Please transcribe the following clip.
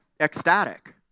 ecstatic